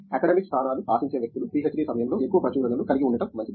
academic స్థానాలు ఆశించే వ్యక్తులు పీహెచ్డీ సమయంలో ఎక్కువ ప్రచురణలు కలిగి ఉండటం మంచిది